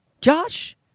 Josh